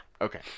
Okay